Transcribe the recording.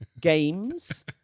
games